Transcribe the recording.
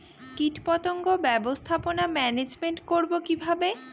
কীটপতঙ্গ ব্যবস্থাপনা ম্যানেজমেন্ট করব কিভাবে?